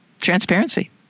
Transparency